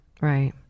right